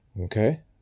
Okay